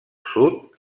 sud